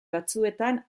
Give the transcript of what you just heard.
batzuetan